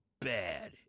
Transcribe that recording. bad